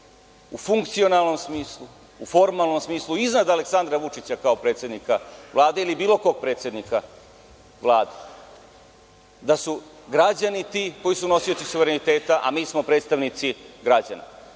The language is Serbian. u funkcionalnom smislu, u formalnom smislu iznad Aleksandra Vučića kao predsednika Vlade ili bilo kog predsednika Vlade, da su građani ti koji su nosioci suvereniteta, a mi smo predstavnici građana.